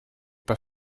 pas